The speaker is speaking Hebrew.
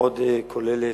מאוד כוללת.